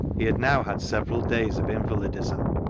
he had now had several days of invalidism,